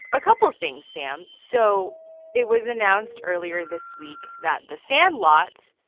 a couple of things, sam so it was announced earlier this week that the sandlot.